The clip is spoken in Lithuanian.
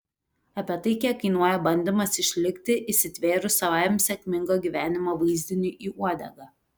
apie tai kiek kainuoja bandymas išlikti įsitvėrus savajam sėkmingo gyvenimo vaizdiniui į uodegą